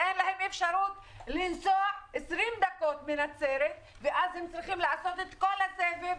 שלא יכולים לנסוע 20 דקות מנצרת וצריכים לנסוע את כל הסבב,